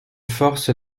force